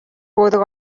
үүрэг